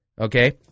okay